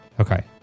Okay